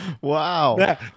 wow